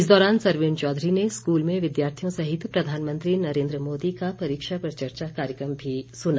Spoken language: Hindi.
इस दौरान सरवीण चौधरी ने स्कूल में विद्यार्थियों सहित प्रधानमंत्री नरेंद्र मोदी का परीक्षा पर चर्चा कार्यक्रम भी सुना